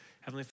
Heavenly